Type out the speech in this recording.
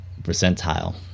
percentile